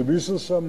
שמי ששם,